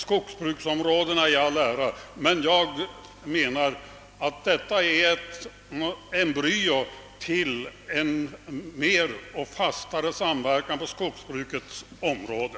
Skogsbruksområdena i all ära — men jag menar att detta är ett embryo till en fastare samverkan på skogsbrukets område.